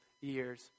years